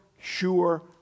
sure